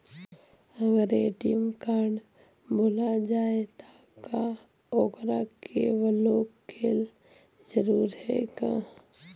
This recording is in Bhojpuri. अगर ए.टी.एम कार्ड भूला जाए त का ओकरा के बलौक कैल जरूरी है का?